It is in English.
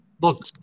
Look